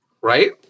right